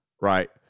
Right